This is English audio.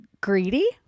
greedy